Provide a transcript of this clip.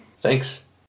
Thanks